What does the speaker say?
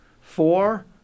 Four